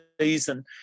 season